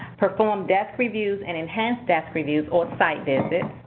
perform desk reviews and enhanced desk reviews or site visits.